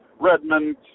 redmond